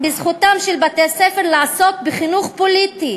"בזכותם של בתי-הספר לעסוק בחינוך פוליטי